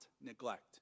neglect